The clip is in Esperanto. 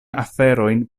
aferojn